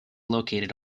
located